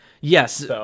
Yes